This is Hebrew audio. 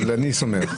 אבל אני סומך,